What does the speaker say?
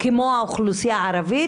כמו האוכלוסייה הערבית,